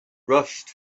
rushed